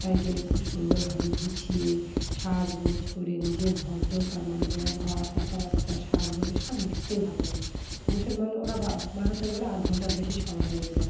তাই গেলে খুব সুন্দরভাবে গুছিয়ে সাজ গোজ করে নিজের ভদ্রতা মানে ব্যবহার কথাবার্তা সাজগোজ এসব দেখতেই ভালো লাগে মুসলমান ওরা বার হতে গেলে আধ ঘন্টার বেশি সময় লেগে যায়